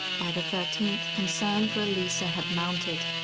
by the thirteenth, concern for elisa has mounted.